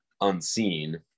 unseen